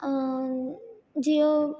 Jio